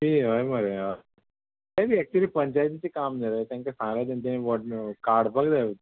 शी हय मरे हय न्ही एक्चुली पंचायतीचें काम न्हू रे तेंका सांगलां तेंच्यानी व्हड काडपाक जाय